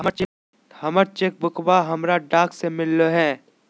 हमर चेक बुकवा हमरा डाक से मिललो हे